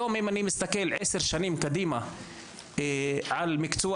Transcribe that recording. אם אני מסתכל עשר שנים קדימה על מקצוע